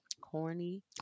corny